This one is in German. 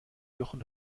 jochen